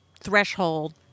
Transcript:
threshold